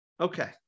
Okay